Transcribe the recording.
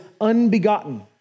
unbegotten